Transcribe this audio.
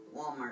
walmart